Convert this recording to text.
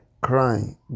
crying